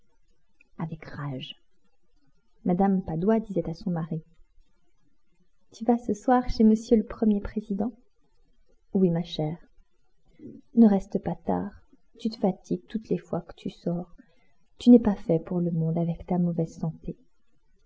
avec rage mme padoie disait à son mari tu vas ce soir chez m le premier président oui ma chère ne reste pas tard tu te fatigues toutes les fois que tu sors tu n'es pas fait pour le monde avec ta mauvaise santé